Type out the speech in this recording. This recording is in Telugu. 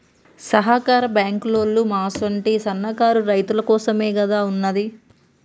సహకార బాంకులోల్లు మా అసుంటి సన్నకారు రైతులకోసమేగదా ఉన్నది